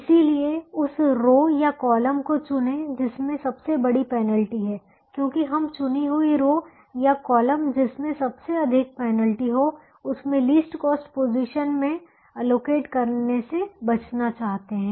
इसलिए उस रो या कॉलम को चुनें जिसमें सबसे बड़ी पेनल्टी है क्योंकि हम चुनी हुई रो या कॉलम जिसमें सबसे अधिक पेनल्टी हो उसमें लीस्ट कॉस्ट पोजीशन में एलोकेट करने से बचना चाहते हैं